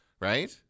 Right